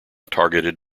targeted